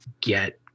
get